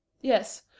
Yes